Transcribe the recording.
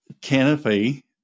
canopy